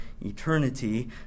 eternity